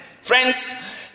Friends